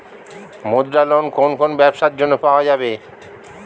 মুদ্রা লোন কোন কোন ব্যবসার জন্য পাওয়া যাবে?